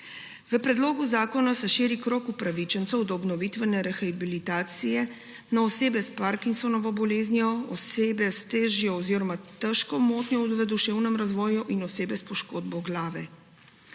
V predlogu zakona se širi krog upravičencev do obnovitvene rehabilitacije na osebe s parkinsonovo boleznijo, osebe s težjo oziroma težko motnjo v duševnem razvoju in osebe s poškodbo glave.